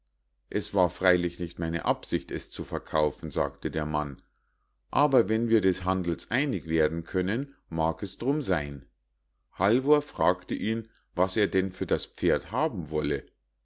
es war freilich nicht meine absicht es zu verkaufen sagte der mann aber wenn wir des handels einig werden können mag es drum sein halvor fragte ihn was er denn für das pferd haben wolle